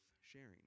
sharing